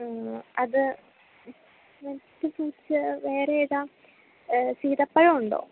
അത് വേറെ ഏതാ സീതപ്പഴവൊണ്ടോ